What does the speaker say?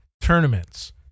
tournaments